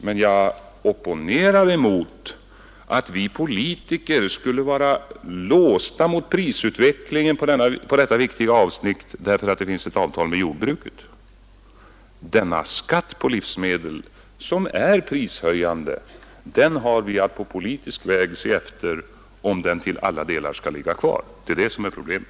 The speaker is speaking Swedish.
Och jag opponerar mig mot att vi politiker på detta viktiga avsnitt skulle vara låsta i fråga om prisutvecklingen, därför att det finns ett avtal med jordbruket. När det gäller den skatt på livsmedel som är prishöjande, har vi att på politisk väg se efter huruvida den till alla delar skall ligga kvar. Det är det som är problemet.